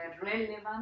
relevant